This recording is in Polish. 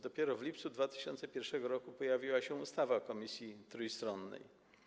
Dopiero w lipcu 2001 r. pojawiła się ustawa o Komisji Trójstronnej.